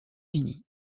unis